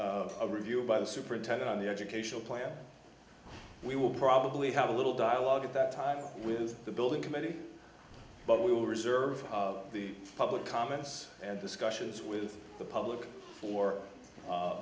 have a review by the superintendent on the educational plan we will probably have a little dialogue at that time with the building committee but we will reserve the public comments and discussions with the public for